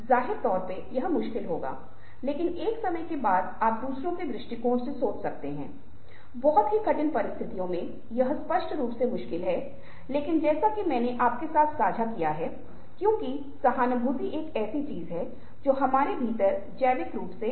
जब हम बातचीत के बारे में बात कर रहे हैं तो मैं अपनी बैठक के वरिष्ठ मित्र के छोटे उपाख्यानों या एपिसोड में से एक पर वापस जाता हूँ जिसके साथ मैंने लंबे समय तक काम किया था जो 8 साल की अवधि के बाद मिला